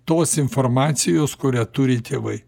tos informacijos kurią turi tėvai